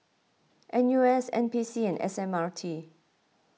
N U S N P C and S M R T